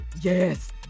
Yes